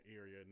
area